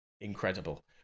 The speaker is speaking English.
incredible